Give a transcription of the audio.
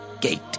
gate